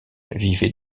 vivait